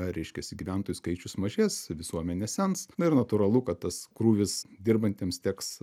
reiškiasi gyventojų skaičius mažės visuomenė sens na ir natūralu kad tas krūvis dirbantiems teks